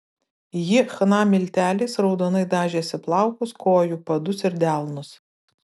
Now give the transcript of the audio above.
ji chna milteliais raudonai dažėsi plaukus kojų padus ir delnus